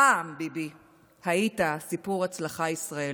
פעם, ביבי, היית סיפור הצלחה ישראלי.